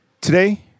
Today